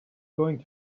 going